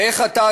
ואיך אתה,